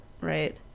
Right